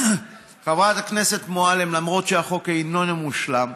חברת הכנסת מועלם, למרות שהחוק איננו מושלם,